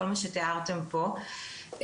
כל מה שתיארתם פה,